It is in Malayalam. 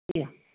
മ്